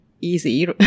easy